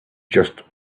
just